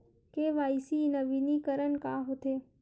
KYC नवीनीकरण का होथे?